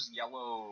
yellow